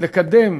לקדם